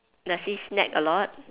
does he snack a lot